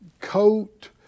coat